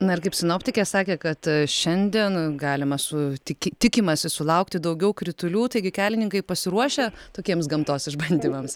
na ir kaip sinoptikė sakė kad šiandien galima su tiki tikimasi sulaukti daugiau kritulių taigi kelininkai pasiruošę tokiems gamtos išbandymams